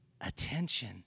attention